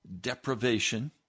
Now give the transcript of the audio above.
deprivation